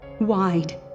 wide